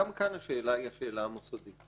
גם כאן השאלה היא השאלה המוסדית.